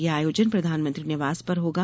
यह आयोजन प्रधानमंत्री निवास पर होगा